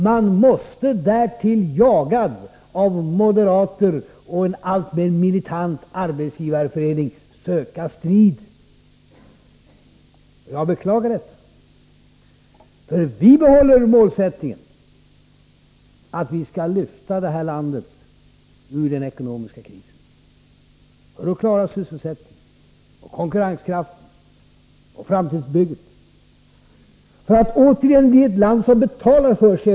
Man måste, därtill jagad av moderater och en alltmer militant Arbetsgivareförening, söka strid. Jag beklagar detta, för vi behåller målsättningen att vi skall lyfta det här landet ur den ekonomiska krisen. Sverige skall klara sysselsättningen, konkurrenskraften och framtidsbygget för att återigen bli ett land som betalar för sig.